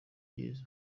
byiza